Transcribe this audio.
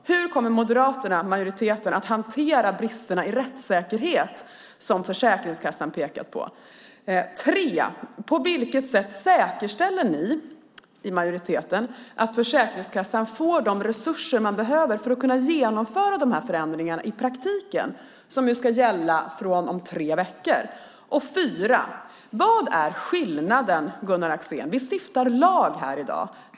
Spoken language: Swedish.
Hur kommer Moderaterna - majoriteten - att hantera bristerna i rättssäkerhet som Försäkringskassan har pekat på? 3. På vilket sätt säkerställer ni i majoriteten att Försäkringskassan får de resurser man behöver för att genomföra förändringarna i praktiken som ska börja gälla om tre veckor? 4. Vi stiftar lag i dag.